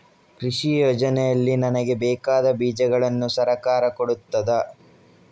ಕೃಷಿ ಯೋಜನೆಯಲ್ಲಿ ನನಗೆ ಬೇಕಾದ ಬೀಜಗಳನ್ನು ಸರಕಾರ ಕೊಡುತ್ತದಾ?